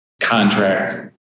contract